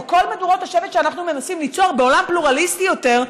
או כל מדורות השבט שאנחנו מנסים ליצור בעולם פלורליסטי יותר,